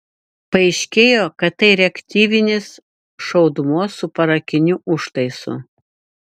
paaiškėjo kad tai reaktyvinis šaudmuo su parakiniu užtaisu